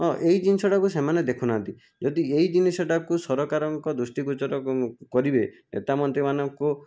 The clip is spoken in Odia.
ହଁ ଏଇ ଜିନିଷଟାକୁ ସେମାନେ ଦେଖୁ ନାହାନ୍ତି ଯଦି ଏଇ ଜିନିଷଟାକୁ ସରକାରଙ୍କ ଦୃଷ୍ଟି ଗୋଚର କରିବେ ନେତା ମନ୍ତ୍ରୀମାନଙ୍କୁ